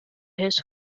his